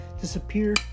disappear